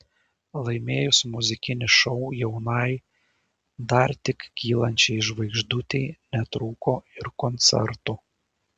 laimėjus muzikinį šou jaunai dar tik kylančiai žvaigždutei netrūko ir koncertų